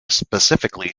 specifically